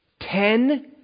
Ten